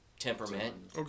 Temperament